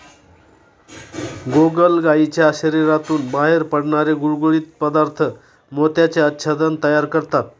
गोगलगायीच्या शरीरातून बाहेर पडणारे गुळगुळीत पदार्थ मोत्याचे आच्छादन तयार करतात